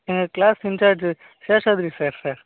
எங்கள் class in charge Seshadri sir sir